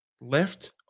left